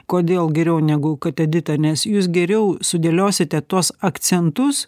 kodėl geriau negu kad edita nes jūs geriau sudėliosite tuos akcentus